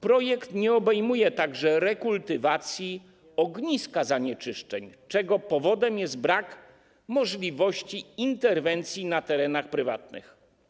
Projekt nie obejmuje także rekultywacji ogniska zanieczyszczeń, czego powodem jest brak możliwości interwencji na terenach prywatnych.